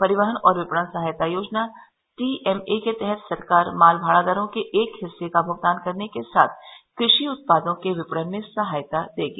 परिवहन और विपणन सहायता योजना टीएमए के तहत सरकार माल भाड़ा दरों के एक हिस्से का भुगतान करने के साथ कृषि उत्पादों के विपणन में सहायता देगी